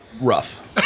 Rough